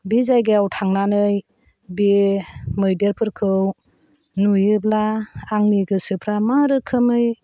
बे जायगायाव थांनानै बे मैदेरफोरखौ नुयोब्ला आंनि गोसोफ्रा मा रोखोमै